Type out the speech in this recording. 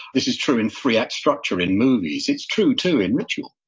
this is true in three act structure in movies. it's true too in ritual.